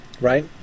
right